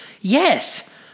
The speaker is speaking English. Yes